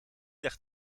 echt